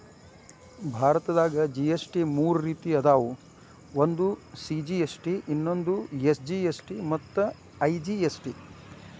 ಭಾರತದಾಗ ಜಿ.ಎಸ್.ಟಿ ಮೂರ ರೇತಿ ಅದಾವ ಒಂದು ಸಿ.ಜಿ.ಎಸ್.ಟಿ ಇನ್ನೊಂದು ಎಸ್.ಜಿ.ಎಸ್.ಟಿ ಮತ್ತ ಐ.ಜಿ.ಎಸ್.ಟಿ